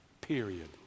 Period